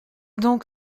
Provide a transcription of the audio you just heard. donc